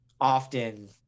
often